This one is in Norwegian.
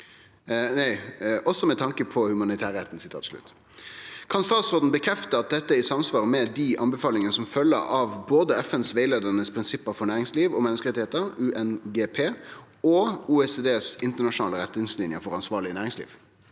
Kan statsråden bekrefte at dette er i samsvar med de anbefalinger som følger av både FNs veiledende prinsipper for næringsliv og menneskerettigheter (UNGP) og OECDs internasjonale retningslinjer for ansvarlig næringsliv?»